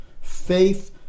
Faith